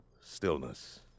Stillness